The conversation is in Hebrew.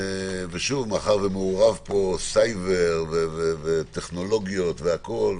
ומאחר שמעורב פה סייבר וטכנולוגיות והכול,